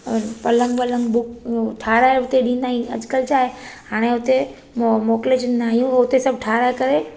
पलंग वलंग बुक ठाहिराए उते ॾींदा आहिनि अॼुकल्ह छा आहे हाणे हुते मो मोकिले छ्ॾंदा हाणे हुते सभु ठाहिराए करे